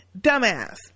Dumbass